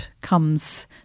comes